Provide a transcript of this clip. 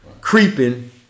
creeping